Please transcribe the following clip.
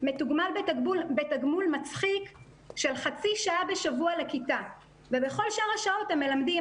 מתוגמל בתגמול מצחיק של חצי שעה בשבוע לכיתה ובכל שאר השעות הם מלמדים,